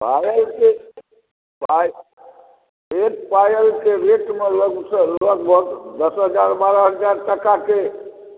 पायलके पायल एक पायलके रेट लगभग लगभग दस हजार बारह हजार टकाके